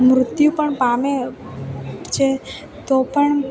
મૃત્યુ પણ પામે છે તો પણ